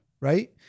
right